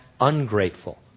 ungrateful